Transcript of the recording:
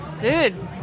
dude